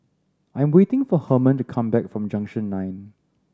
I'm waiting for Hermon to come back from Junction Nine